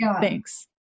thanks